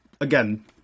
again